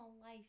life